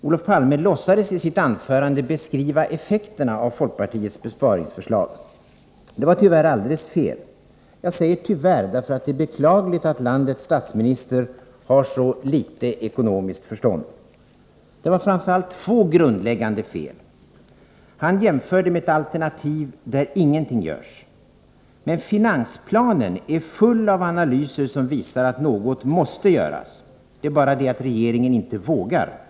Olof Palme låtsades i sitt anförande beskriva effekterna av folkpartiets besparingsförslag. Den beskrivningen var tyvärr alldeles fel. Jag säger tyvärr, därför att det är beklagligt att landets statsminister har så litet ekonomiskt förstånd. Beskrivningen innehöll framför allt två grundläggande fel. Olof Palme jämförde med ett alternativ där ingenting görs. Men finansplanen är full av analyser, som visar att någonting måste göras. Det är bara det att regeringen inte vågar.